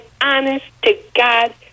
honest-to-God